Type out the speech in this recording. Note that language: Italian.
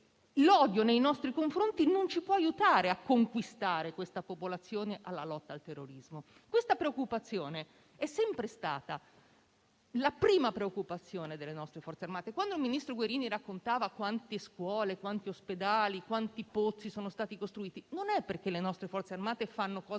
L'odio nei nostri confronti non ci aiuta a conquistare la popolazione alla lotta al terrorismo. Questa è sempre stata la prima preoccupazione delle nostre Forze armate. Il ministro Guerini ha raccontato quante scuole, ospedali e pozzi sono stati costruiti, non perché le nostre Forze armate fanno cose